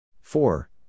Four